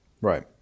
Right